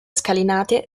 scalinate